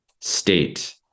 state